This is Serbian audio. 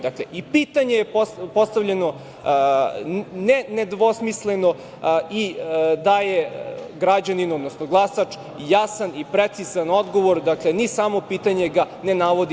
Dakle, i pitanje je postavljeno ne nedvosmisleno i daje građaninu, odnosno glasaču, jasan i precizan odgovor, dakle, ni samo pitanje ga ne navodi.